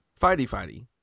Fighty-fighty